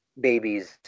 babies